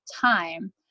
time